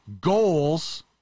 goals